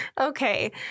Okay